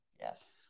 Yes